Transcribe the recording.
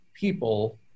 People